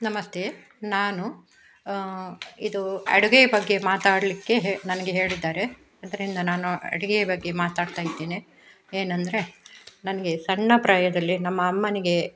ನಮಸ್ತೆ ನಾನು ಇದೂ ಅಡುಗೆಯ ಬಗ್ಗೆ ಮಾತಾಡಲಿಕ್ಕೆ ಹೆ ನನಗೆ ಹೇಳಿದ್ದಾರೆ ಅದರಿಂದ ನಾನು ಅಡುಗೆಯ ಬಗ್ಗೆ ಮಾತಾಡ್ತಾಯಿದ್ದೇನೆ ಏನೆಂದರೆ ನನಗೆ ಸಣ್ಣ ಪ್ರಾಯದಲ್ಲೆ ನಮ್ಮ ಅಮ್ಮನಿಗೆ